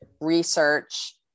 research